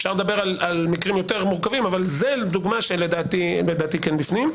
אפשר לדבר על מקרים יותר מורכבים אבל זאת דוגמה שלדעתי כן בפנים.